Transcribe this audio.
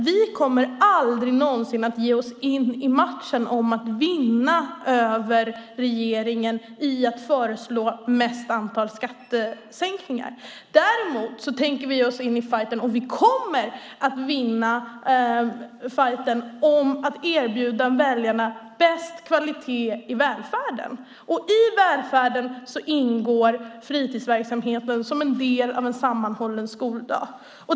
Vi kommer aldrig någonsin att ge oss in i matchen och försöka vinna över den här regeringen i att föreslå mest skattesänkningar. Däremot tänker vi ge oss in i fajten om att erbjuda bäst kvalitet i välfärden, och den fajten kommer vi att vinna. I välfärden ingår fritidsverksamheten som en del av en sammanhållen skoldag.